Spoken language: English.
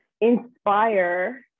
Inspire